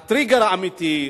הטריגר האמיתי,